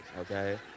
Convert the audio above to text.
okay